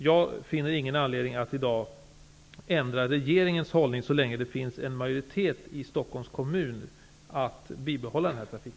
Jag ser i dag ingen anledning att ändra regeringens hållning så länge det finns en majoritet i Stockholms kommun för att bibehålla denna trafik.